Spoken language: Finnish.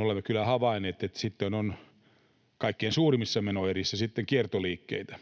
olemme kyllä havainneet, että sitten on kaikkein suurimmissa menoerissä kiertoliikkeitä.